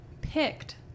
picked